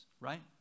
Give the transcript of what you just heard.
right